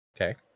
Okay